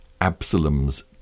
Absalom's